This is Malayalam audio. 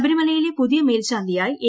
ശബരിമലയിലെ പുതിയ മേൽശാന്തിയായി എ